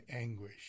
anguish